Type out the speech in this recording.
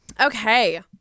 Okay